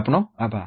આપનો આભાર